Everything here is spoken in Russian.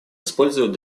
использовать